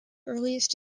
earliest